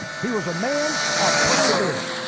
he was a man of perseverance.